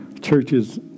Churches